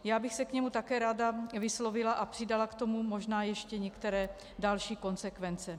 Já bych se k němu také ráda vyslovila a přidala k tomu možná ještě některé další konsekvence.